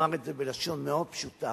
אומר את זה בלשון מאוד פשוטה,